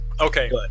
okay